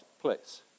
place